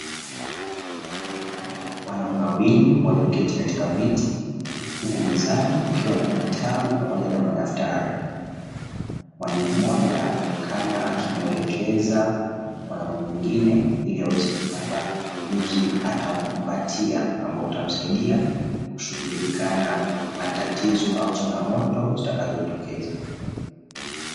Wanaume wawili walioketi katika viti huku mezani kukiwa na vitabu pamoja na madaftari. Mwanaume mmoja anaoneka akimwelekeza mwanaume mwingine ili aweze upata ujuzi anaompatia, ambao utamsaidia kushughulika na matatizo au changamoto zitakazojitokeza.